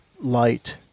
light